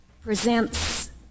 presents